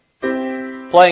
playing